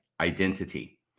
identity